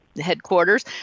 headquarters